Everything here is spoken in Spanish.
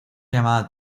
llamada